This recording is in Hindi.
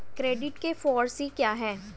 क्रेडिट के फॉर सी क्या हैं?